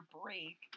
break